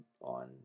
on